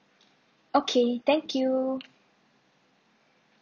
okay thank you